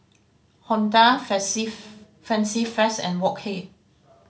Honda Fancy Feast and Wok Hey